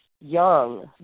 young